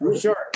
sure